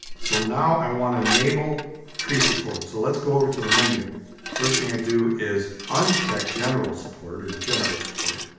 so now i want to enable tree support. so let's go over to the menu. the first thing i do is uncheck general support or generate support.